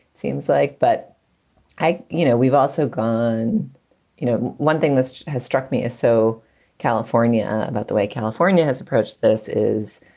seems like. but i you know, we've also gone you know, one thing that has struck me is so california about the way california has approached this is.